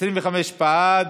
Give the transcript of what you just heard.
25 בעד,